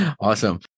Awesome